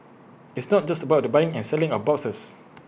it's not just about the buying and selling of boxes